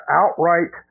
outright